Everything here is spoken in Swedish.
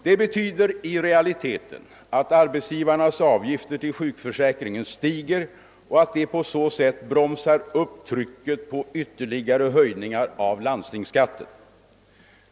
Det betyder i realiteten att arbetsgivarnas avgifter till sjukförsäkringen stiger, vilket lättar trycket på ytterligare höjningar av landstingsskatten.